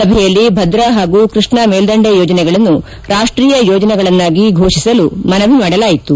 ಸಭೆಯಲ್ಲಿ ಭದ್ರಾ ಹಾಗೂ ಕೈಷ್ಣಾ ಮೇಲ್ದಂಡೆ ಯೋಜನೆಗಳನ್ನು ರಾಷ್ಷೀಯ ಯೋಜನೆಗಳನ್ನಾಗಿ ಘೋಷಿಸಲು ಮನವಿ ಮಾಡಲಾಯಿತು